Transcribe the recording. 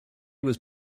was